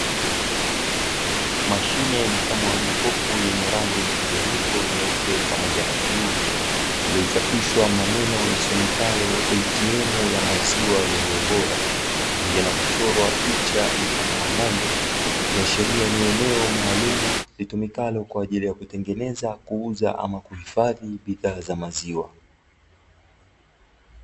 Mashine mfano wa jokofu yenye rangi mchanganyiko nyeupe pamoja na bluu iliyochapishwa maneno yasomekayo: atm ya maziwa yenye ubora, pamoja na kuchorwa picha mfano wa ng'ombe ikiashiria ni eneo maalum litumikalo kwa ajili ya kutengeneza, kuuza, ama kuhifadhi bidhaa za maziwa.